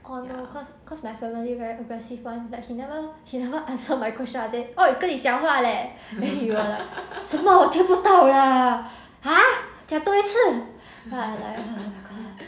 oh no cause cause my family very aggressive [one] that he never he never answer my question I say !oi! 跟你讲话 leh then he will be like 什么我听不到 lah !huh! 讲多一次 then I like oh god